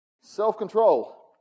Self-control